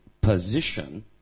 position